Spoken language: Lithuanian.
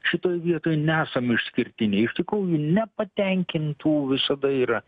šitoj vietoj nesam išskirtiniai iš tikrųjų nepatenkintų visada yra